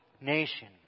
nation